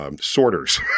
sorters